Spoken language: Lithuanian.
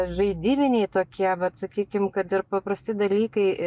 žaidybiniai tokie vat sakykim kad ir paprasti dalykai